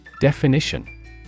Definition